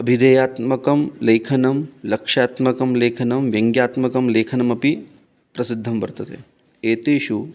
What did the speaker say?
अभिधेयात्मकं लेखनं लक्ष्यात्मकं लेखनं व्यङ्ग्यात्मकं लेखनमपि प्रसिद्धं वर्तते एतेषु